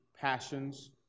passions